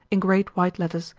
in great white letters,